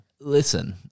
Listen